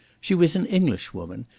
she was an english woman,